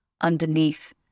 underneath